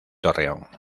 torreón